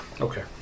Okay